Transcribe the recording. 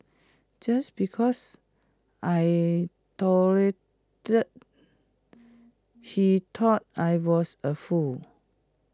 just because I he thought I was A fool